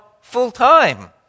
full-time